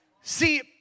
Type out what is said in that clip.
See